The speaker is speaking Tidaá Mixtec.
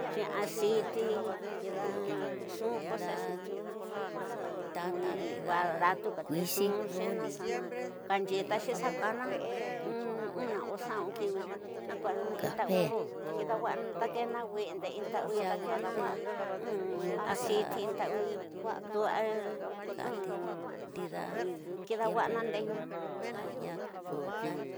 Nxee aseti ndida nxu ku xa xetiunu xa baratu ka temxu xena xa kanyiixi xa kasana, unxa o xanuu kiini na kua in tawi kidawana. Dakena windere in tawi dakena aseti, inlawisi dua kidawa'ana ndeyuna.